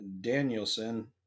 Danielson